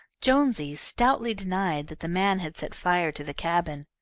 jonesy stoutly denied that the man had set fire to the cabin.